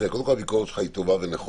תראה, קודם כול הביקורת שלך היא טובה ונכונה.